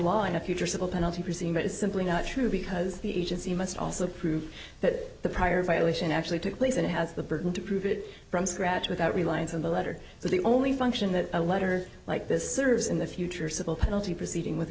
law in a future civil penalty procedure but it's simply not true because the agency must also prove that the prior violation actually took place and has the burden to prove it from scratch without reliance on the letter so the only function that a letter like this serves in the future civil penalty proceeding with